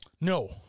No